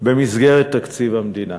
עליהם במסגרת תקציב המדינה.